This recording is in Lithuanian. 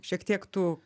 šiek tiek tų